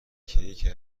کیک